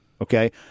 Okay